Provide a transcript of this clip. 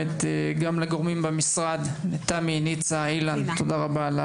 גם לגורמים במשרד, לתמי, צינה ואילן, תודה רבה.